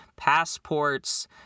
Passports